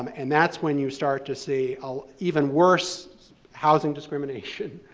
um and that's when you start to see ah even worse housing discrimination.